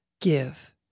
give